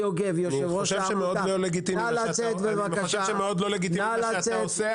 אני חושב שמאוד לא לגיטימי מה שאתה עושה,